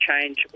change